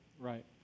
right